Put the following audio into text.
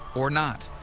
or not.